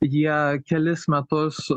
jie kelis metus